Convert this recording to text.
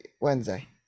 Wednesday